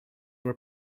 were